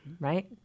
right